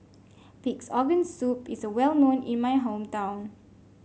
Pig's Organ Soup is well known in my hometown